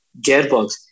gearbox